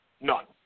None